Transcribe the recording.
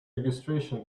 registration